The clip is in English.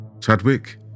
Chadwick